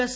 S